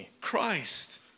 Christ